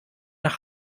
nach